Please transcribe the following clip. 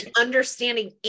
understanding